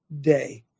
day